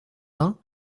vingts